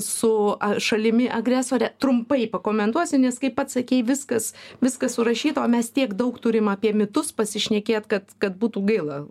su šalimi agresore trumpai pakomentuosi nes kaip pats sakei viskas viskas surašyta o mes tiek daug turim apie mitus pasišnekėt kad kad būtų gaila